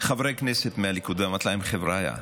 חברי כנסת מהליכוד ואמרתי להם: חבריא,